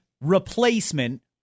replacement